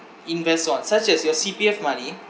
invest on such as your C_P_F money